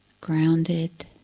grounded